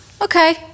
Okay